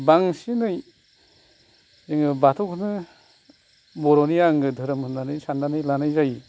बांसिनै जोंङो बाथौखौनो बर'नि आंगो दोरोम होननानै साननानै लानाय जायो